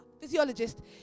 physiologist